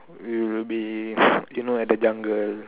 we will be you know at the jungle